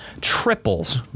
triples